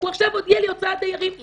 הוא עכשיו הודיע לי הוצאת דיירים לשולחן.